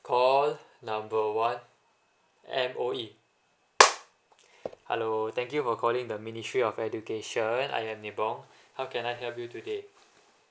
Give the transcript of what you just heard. call number one M_O_E hello thank you for calling the ministry of education I am ni bong how can I help you today